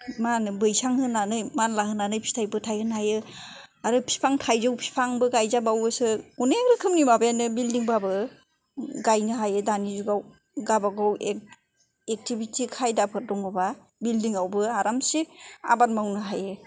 मा होनो बैसां होनानै मानला होनानै फिथाइबो थायहोनो हायो आरो बिफां थाइजौ बिफांबो गायजाबावोसो अनेक रोखोमनि माबायानो बिल्दिं बाबो गायनो हायो दानि जुगाव गावबागाव एक्तिभिति खायदाफोर दङबा बिल्दिं आवबो आरामसे आबाद मावनो हायो